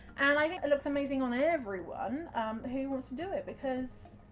and i think it looks amazing on everyone who wants to do it because,